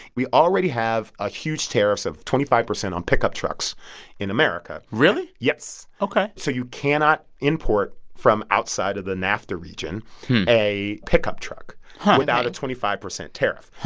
we already have ah huge tariffs of twenty five percent on pickup trucks in america really? yes ok so you cannot import from outside of the nafta region a pickup truck without a twenty five percent tariff.